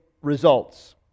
results